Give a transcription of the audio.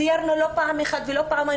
סיירנו לא פעם ולא פעמיים,